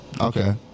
Okay